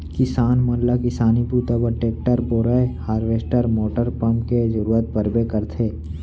किसान मन ल किसानी बूता बर टेक्टर, बोरए हारवेस्टर मोटर पंप के जरूरत परबे करथे